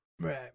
Right